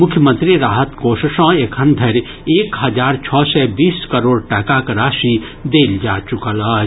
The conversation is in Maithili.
मुख्यमंत्री राहत कोष सँ एखन धरि एक हजार छओ सय बीस करोड़ टाकाक राशि देल जा चुकल अछि